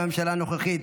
עם הממשלה הנוכחית,